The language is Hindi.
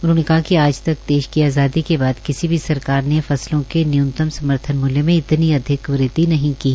उन्होंने कहा कि आज तक देश की आज़ादी के बाद किसी भी सरकार ने फसलों के न्यूनतम समर्थन मूल्य में इतनी अधिक वृद्वि नहीं की है